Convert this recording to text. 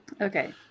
Okay